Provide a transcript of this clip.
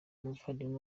umuvandimwe